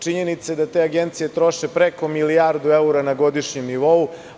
Činjenica je da sve te agencije troše preko milijardu evra na godišnjem nivou.